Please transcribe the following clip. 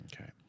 Okay